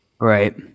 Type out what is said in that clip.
right